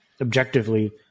objectively